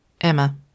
Emma